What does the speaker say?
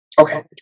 Okay